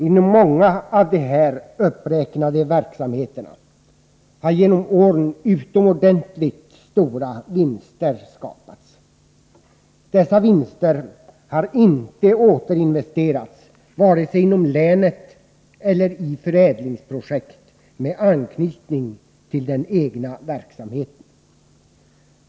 Inom många av de uppräknade verksamheterna har genom åren utomordentligt stora vinster skapats. Dessa vinster har inte återinvesterats, vare sig inom länet eller i förädlingsprojekt med anknytning till den egna verksamheten.